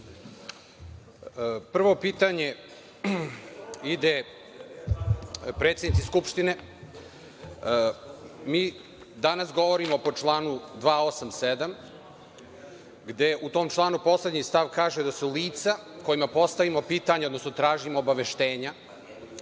Prvo pitanje ide predsednici Skupštine. Mi danas govorimo po članu 287, a u tom članu poslednji stav kaže da su lica kojima postavimo pitanje, odnosno tražimo obaveštenja,